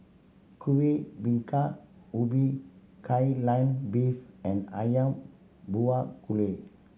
Kueh Bingka Ubi Kai Lan Beef and Ayam Buah Keluak